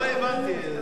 אמרתי,